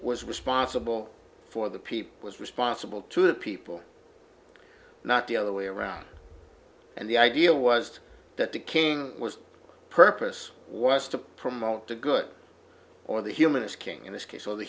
was responsible for the people was responsible to the people not the other way around and the idea was that the king was purpose was to promote the good or the humanist king in this case or the